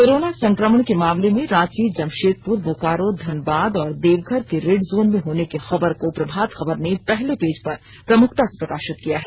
corona संक्रमण के मामले में रांची जमशेदपुर बोकारो धनबाद और देवघर के रेड जोन में होने की खबर को प्रभात खबर ने पहले पेज पर प्रमुखता से प्रकाशित किया है